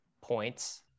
points